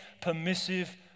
permissive